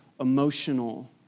emotional